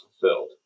fulfilled